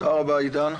תודה רבה, עידן.